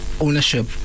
ownership